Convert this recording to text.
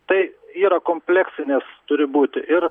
tai yra kompleksinis turi būti ir